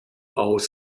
aus